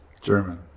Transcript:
German